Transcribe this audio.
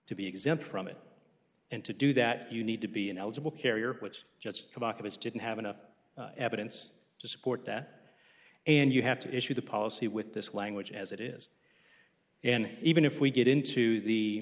to be exempt from it and to do that you need to be an eligible carrier which just is didn't have enough evidence to support that and you have to issue the policy with this language as it is and even if we get into